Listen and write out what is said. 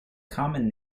common